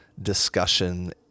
discussion